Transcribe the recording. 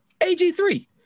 ag3